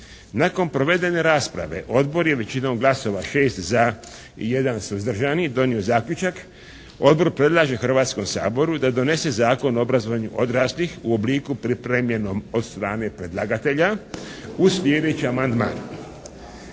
Nakon provedene rasprave, Odbor je većinom glasova, 6 za i 1 suzdržani, donio zaključak. Odbor predlaže Hrvatskom saboru da donese Zakon o obrazovanju odraslih u obliku pripremljenom od strane predlagatelja uz sljedeći amandman.